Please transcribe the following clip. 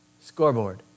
scoreboard